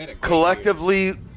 collectively